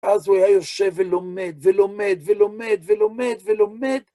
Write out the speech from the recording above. אז הוא היה יושב ולומד, ולומד, ולומד, ולומד, ולומד.